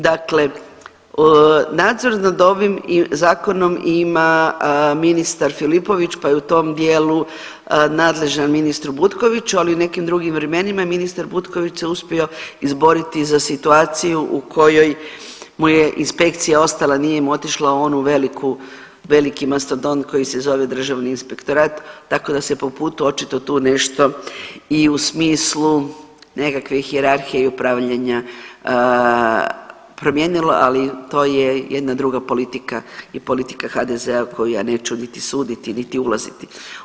Dakle, nadzor nad ovim zakonom ima ministar Filipović pa je u tom dijelu nadležan dijelu ministru Butkoviću, ali u nekim drugim vremenima ministar Butković se uspio izboriti za situaciju u kojoj mu je inspekcija ostala nije mu otišla u onu veliku, veliki mastodont koji se zove Državni inspektorat tako da se po putu očito tu nešto i u smislu nekakve hijerarhije i upravljanja promijenilo, ali to je jedna druga politika i politika HDZ-a koju ja neću niti suditi, niti ulaziti.